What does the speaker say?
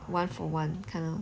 one for one kind of